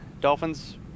Dolphins